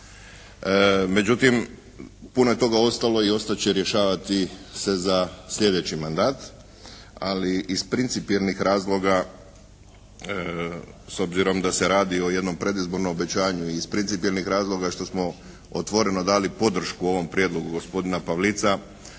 Međutim puno je toga ostalo i ostati će rješavati se za sljedeći mandat, ali iz principijelnih razloga s obzirom da se radi o jednom predizbornom obećanju iz principijelnih razloga što smo otvoreno dali podršku ovom prijedlogu gospodina Pavlica,